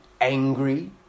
angry